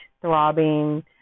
throbbing